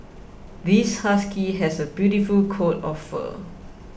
this husky has a beautiful coat of fur